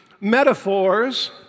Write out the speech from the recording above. metaphors